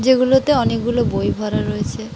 যেগুলোতে অনেকগুলো বই ভরা রয়েছে